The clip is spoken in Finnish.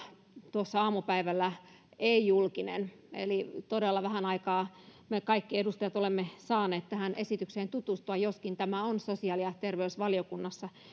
tuossa aamupäivällä ei julkinen eli todella vähän aikaa me kaikki edustajat olemme saaneet tähän esitykseen tutustua joskin tämä on sosiaali ja terveysvaliokunnassa